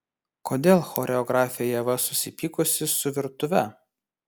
kodėl choreografė ieva susipykusi su virtuve